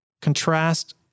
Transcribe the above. contrast